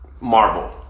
Marvel